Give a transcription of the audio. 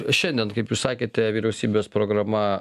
šiandien kaip jūs sakėte vyriausybės programa